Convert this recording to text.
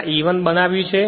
આ E1 બનાવ્યું છે